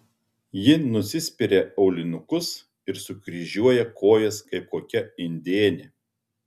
ji nusispiria aulinukus ir sukryžiuoja kojas kaip kokia indėnė